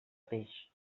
peix